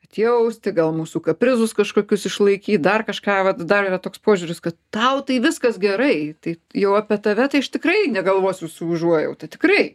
atjausti gal mūsų kaprizus kažkokius išlaikyt dar kažką vat dar yra toks požiūris kad tau tai viskas gerai tai jau apie tave tai aš tikrai negalvosiu su užuojauta tikrai